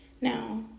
now